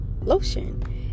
Lotion